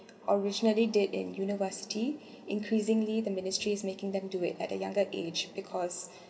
originally did in university increasingly the ministry is making them do it at a younger age because